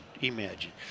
Imagine